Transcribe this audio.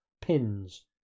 Pins